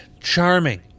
charming